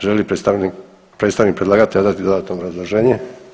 Želi li predstavnik predlagatelja dati dodatno obrazloženje?